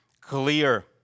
clear